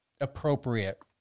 appropriate